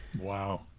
Wow